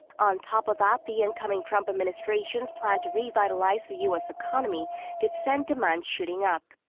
on top of that, the incoming trump administration's plan to revitalize the u s. economy could send demand shooting up.